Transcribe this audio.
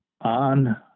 on